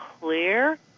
clear